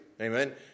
Amen